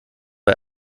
bei